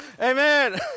Amen